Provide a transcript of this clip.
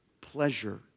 pleasure